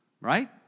Right